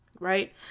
right